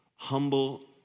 Humble